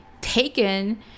taken